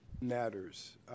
matters